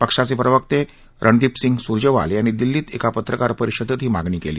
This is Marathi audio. पक्षाचे प्रवक्ते रणदिप सिंग स्रजेवाल यांनी दिल्लीत एका पत्रकार परिषदेत ही मागणी केली